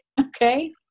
Okay